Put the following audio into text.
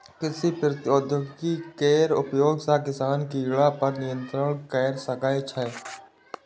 कृषि प्रौद्योगिकी केर उपयोग सं किसान कीड़ा पर नियंत्रण कैर सकै छै